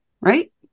right